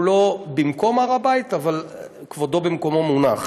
הוא לא במקום הר הבית, אבל כבודו במקומו מונח.